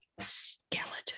skeleton